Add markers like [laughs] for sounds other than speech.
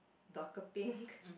darker pink [laughs]